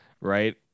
Right